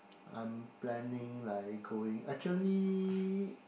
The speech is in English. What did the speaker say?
I'm planning like going actually